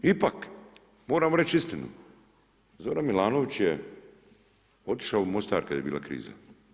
Ipak, moramo reći istinu, Zoran Milanović je otišao u Mostar kad je bila kriza.